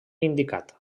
indicat